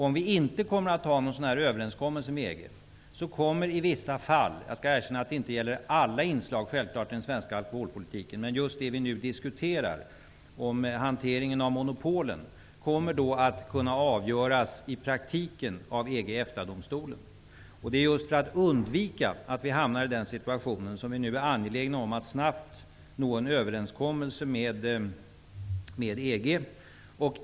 Om vi inte har någon sådan här överenskommelse med EG kommer i vissa fall -- jag skall erkänna att det självklart inte gäller alla inslag i den svenska alkoholpolitiken -- just det vi nu diskuterar, dvs. hanteringen av monopolen, att i praktiken kunna avgöras av EG--EFTA-domstolen. Det är just för att undvika att vi hamnar i den situationen som vi nu är angelägna om att snabbt nå en överenskommelse med EG.